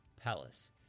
palace